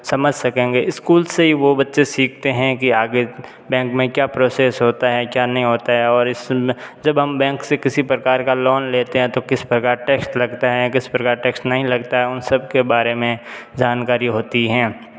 समझ सकेंगे इस्कूल से ही वो बच्चे सीखते हैं कि आगे बैंक में क्या प्रोसेस होता है क्या नहीं होता है और इस में जब हम बैंक से किसी प्रकार का लोन लेते हैं तो किस प्रकार टैक्स लगता हैं किस प्रकार टैक्स नहीं लगता है इन सब के बारे में जानकारी होती है